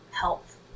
health